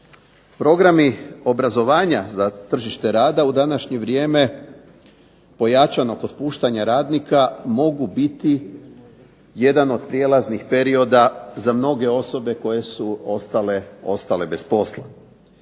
Programi obrazovanja za tržište rada u današnje vrijeme pojačano kod puštanja radnika mogu biti jedan od prijelaznih perioda za mnoge osobe koje su ostale bez posla.